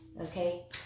okay